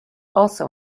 also